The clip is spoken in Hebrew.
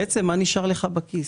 הוא נותן לך להבין מה נשאר לך בכיס.